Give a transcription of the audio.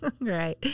Right